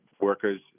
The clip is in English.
workers